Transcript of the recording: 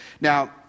Now